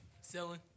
Selling